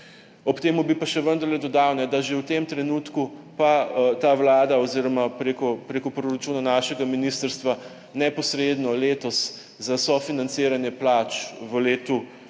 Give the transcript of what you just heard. Ob tem bi pa še vendarle dodal, da že v tem trenutku ta vlada oziroma preko proračuna naše ministrstvo neposredno letos za sofinanciranje plač v letu